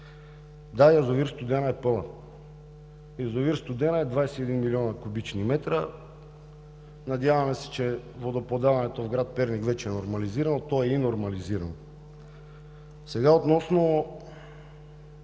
Да, язовир „Студена“ е пълен. Язовир „Студена“ е 21 млн. куб. м. Надяваме се, че водоподаването в град Перник вече е нормализирано – то е и нормализирано. Сега относно